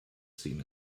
seen